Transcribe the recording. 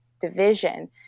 division